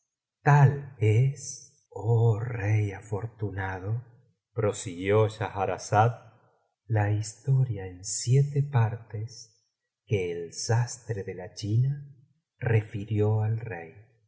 tal es oh rey afortunado prosiguió schahrazada ia historia en siete partes que el sastre de la china refirió al rey